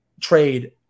trade